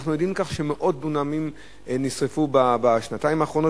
אנחנו יודעים שמאות דונמים נשרפו בשנתיים האחרונות,